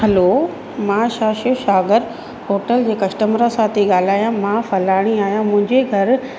hello मां शा Shiv Sagar hotel जे कस्टमर सां थी ॻाल्हायां मां फलाणी आहियां मुंहिंजे घर